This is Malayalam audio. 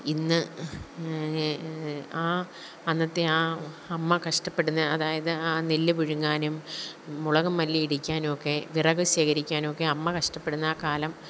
ഇന്ന് ആ അന്നത്തെ ആ അമ്മ കഷ്ടപ്പെടുന്ന അതായത് ആ നെല്ല് പുഴുങ്ങാനും മുളകും മല്ലിയും ഇടിക്കാനുമൊക്കെ വിറക് ശേഖരിക്കാനൊക്കെ അമ്മ കഷ്ടപ്പെടുന്നാ കാലം